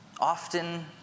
often